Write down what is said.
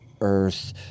Earth